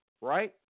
right